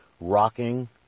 rocking